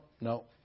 no